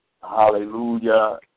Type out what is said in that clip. hallelujah